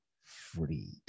freed